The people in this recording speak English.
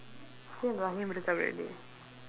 she and rahim break up already